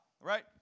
right